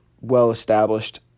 well-established